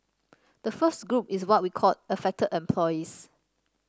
the first group is what we called affected employees